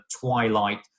twilight